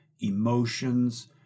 emotions